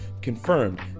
confirmed